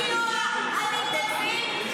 כשאתם איבדתם את הצפון פה.